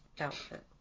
outfit